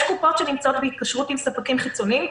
יש קופות שנמצאות בהתקשרות עם ספקים חיצוניים,